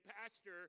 pastor